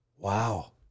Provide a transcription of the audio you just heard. Wow